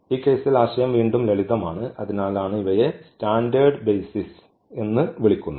ഈ കേസിൽ ആശയം വീണ്ടും ലളിതമാണ് അതിനാലാണ് ഇവയെ സ്റ്റാൻഡേർഡ് ബെയ്സിസ് എന്ന് വിളിക്കുന്നത്